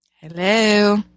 hello